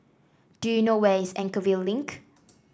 do you know where is Anchorvale Link